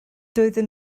doedden